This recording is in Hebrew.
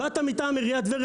באת מטעם עיריית טבריה,